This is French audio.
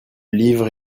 livre